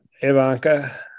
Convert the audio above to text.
Ivanka